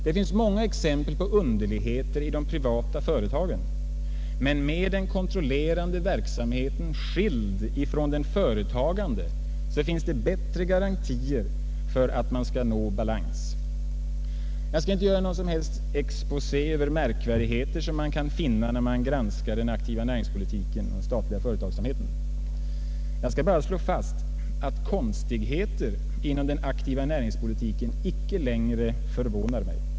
Det finns många exempel på underligheter i de privata företagen, men med den kontrollerande verksamheten skild från den företagande finns det bättre garantier för att man skall nå balans. Jag skall inte göra någon exposé över märkvärdigheter som man kan finna när man granskar den aktiva näringspolitiken — den statliga företagsamheten. Jag skall bara slå fast att konstigheter inom den aktiva näringspolitiken inte längre förvånar mig.